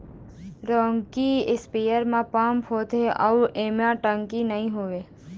rocking spare म pump होथे अउ एमा टंकी नइ होवय